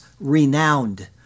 renowned